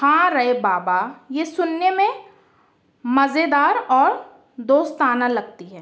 ہاں رے بابا یہ سننے میں مزہ دار اور دوستانہ لگتی ہے